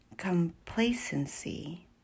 complacency